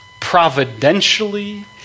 providentially